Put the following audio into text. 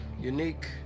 unique